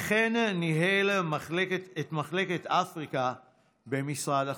וכן ניהל את מחלקת אפריקה במשרד החוץ.